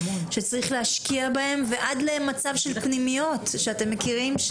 שצריך להשקיע בהם ועד למצב של פנימיות שאתם מכירים,